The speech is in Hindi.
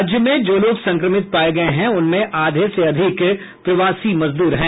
राज्य में जो लोग संक्रमित पाये गये हैं उनमें आधे से अधिक प्रवासी मजदूर हैं